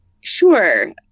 Sure